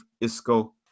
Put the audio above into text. Isco